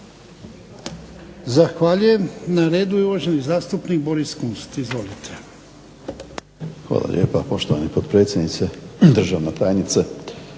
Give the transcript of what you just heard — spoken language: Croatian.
Zahvaljujem. Na redu je uvaženi zastupnik Boris Kunst. Izvolite. **Kunst, Boris (HDZ)** Hvala lijepa poštovani potpredsjedniče, državna tajnice.